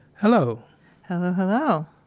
hello hello. hello.